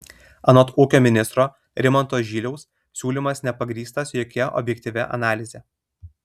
anot ūkio ministro rimanto žyliaus siūlymas nepagrįstas jokia objektyvia analize